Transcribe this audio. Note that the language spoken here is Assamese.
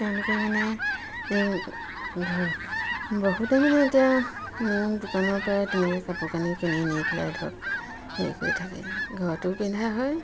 তেওঁলোকে মানে ঘৰ বহুতে মানে এতিয়া মোৰ দোকানৰ পৰাই তেনেকে কাপোৰ কানি কিনি নি পেলাই ধৰক হেৰি কৰি থাকে ঘৰটো পিন্ধা হয়